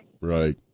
Right